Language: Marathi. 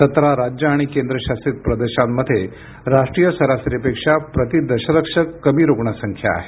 सतरा राज्यं आणि केंद्रशासित प्रदेशांमध्ये राष्ट्रीय सरासरीपेक्षा प्रती दशलक्ष कमी रुग्णसंख्या आहे